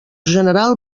general